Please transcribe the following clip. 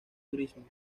turismo